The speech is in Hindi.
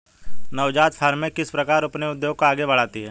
नवजात फ़र्में किस प्रकार अपने उद्योग को आगे बढ़ाती हैं?